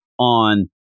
On